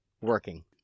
working